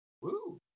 Woo